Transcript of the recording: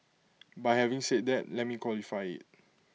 but having said that let me qualify IT